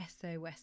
SOS